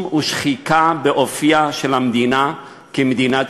ושחיקה באופייה של המדינה כמדינה יהודית,